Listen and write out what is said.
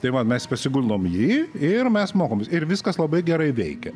tai va mes pasiguldom jį ir mes mokomės ir viskas labai gerai veikia